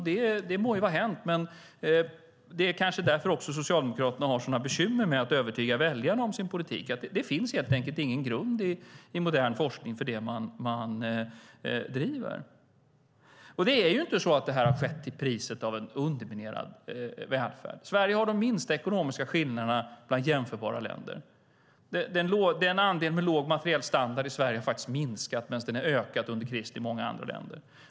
Det må vara hänt, men det kanske också är därför som Socialdemokraterna har sådana bekymmer med att övertyga väljarna om sin politik, att det helt enkelt inte finns någon grund i modern forskning för det man driver. Det är inte så att det här har skett till priset av en underminerad välfärd. Sverige har de minsta ekonomiska skillnaderna bland jämförbara länder. Andelen med låg materiell standard i Sverige har faktiskt minskat medan den har ökat under krisen i många andra länder.